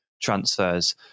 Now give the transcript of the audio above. transfers